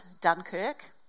Dunkirk